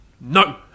No